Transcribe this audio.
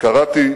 קראתי